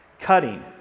Cutting